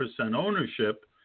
ownership